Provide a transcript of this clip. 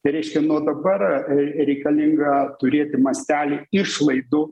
tai reiškia nuo dabar reikalinga turėti mastelį išlaidų